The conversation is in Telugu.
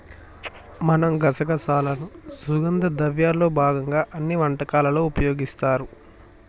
మనం గసగసాలను సుగంధ ద్రవ్యాల్లో భాగంగా అన్ని వంటకాలలో ఉపయోగిస్తారు